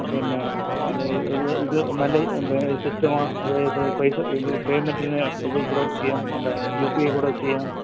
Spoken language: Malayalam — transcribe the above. പിന്നേ ഇത് ഇത് നല്ല ഒരു സിസ്റ്റമാണ് അതായത് പൈസ പേമെൻ്റിന് ഇതിൽ കൂടെ ചെയ്യാം നമ്മുടെ യുപിഐയിൽ കൂടെ ചെയ്യാം